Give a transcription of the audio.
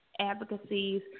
advocacies